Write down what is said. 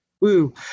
Woo